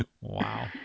wow